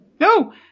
No